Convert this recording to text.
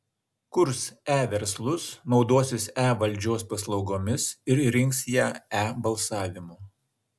kurs e verslus naudosis e valdžios paslaugomis ir rinks ją e balsavimu